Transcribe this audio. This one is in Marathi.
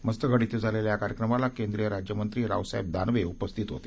मस्तगड ििं झालेल्या या कार्यक्रमाला केंद्रीय राज्यमंत्री रावसाहेब दानवे उपस्थिती होते